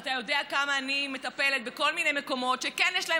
אתה יודע כמה אני מטפלת בכל מיני מקומות שכן יש להם